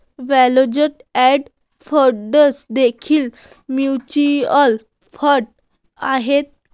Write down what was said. closed end funds देखील mutual fund आहेत